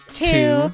two